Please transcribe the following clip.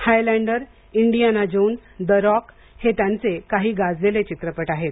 Highlander Indiana Jones The Rock हे त्यांचे काही गाजलेले चित्रपट होत